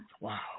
Wow